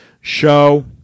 show